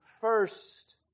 first